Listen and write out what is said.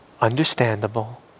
understandable